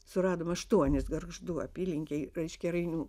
suradom aštuonis gargždų apylinkėj reiškia rainių